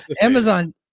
Amazon